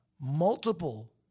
multiple